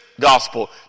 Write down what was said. gospel